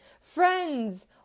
Friends